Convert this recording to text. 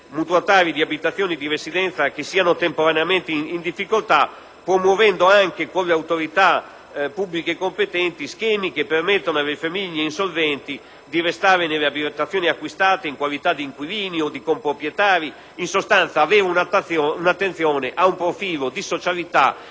mutuatari di abitazioni di residenza che siano temporaneamente in difficoltà, anche promuovendo, di concerto con le autorità pubbliche competenti, schemi che permettano alle famiglie insolventi di restare nelle abitazioni acquistate in qualità di inquilini o di comproprietari. In sostanza, si chiede di mostrare attenzione ad un profilo di socialità